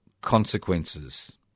consequences